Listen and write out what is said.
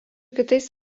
kitais